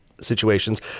situations